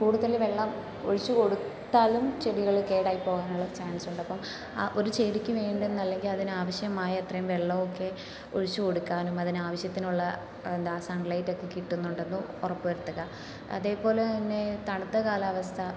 കൂടുതൽ വെള്ളം ഒഴിച്ച് കൊടുത്താലും ചെടികൾ കേടായി പോവാനുള്ള ചാൻസ് ഉണ്ട് അപ്പം ഒരു ചെടിക്ക് വേണ്ടുന്ന അല്ലെങ്കിൽ അതിനാവശ്യമായ അത്രയും വെള്ളം ഒക്കെ ഒഴിച്ച് കൊടുക്കാനും അതിനാവശ്യത്തിനുള്ള എന്താ സൺ ലൈറ്റ് ഒക്കെ കിട്ടുന്നുണ്ടെന്ന് ഉറപ്പ് വരുത്തുക അതേപോലെ തന്നെ തണുത്ത കാലാവസ്ഥ